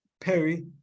perry